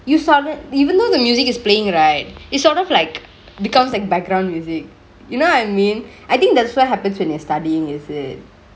you saw that even though the music is playingk right it sort of like becomes like background music you know what I mean I think that's what happens when you're studyingk is it